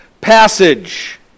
passage